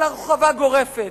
והרחבה גורפת.